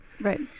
Right